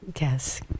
Yes